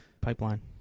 pipeline